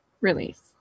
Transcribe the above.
release